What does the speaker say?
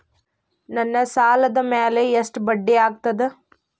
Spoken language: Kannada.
ನನ್ನ ಸಾಲದ್ ಮ್ಯಾಲೆ ಎಷ್ಟ ಬಡ್ಡಿ ಆಗ್ತದ?